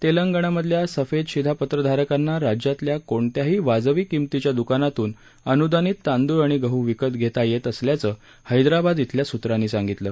तेलंगणामधल्या सफेद शिधापत्रधारकांना राज्यातल्या कोणत्याही वाजवी किंमतीच्या द्कानातून अन्दानित तांदूळ आणि गहू विकत घेता येत असल्याचं हैदराबाद इथल्या सूत्रांनी सांगितलं